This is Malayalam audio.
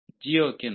ജിയോയ്ക്ക് നന്ദി